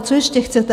Co ještě chcete?